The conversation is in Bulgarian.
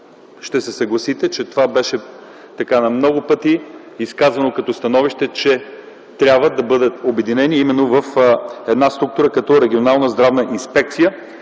ще се съгласите, че това беше много пъти изказвано като становище - че трябва да бъдат обединени в една структура като Регионална здравна инспекция,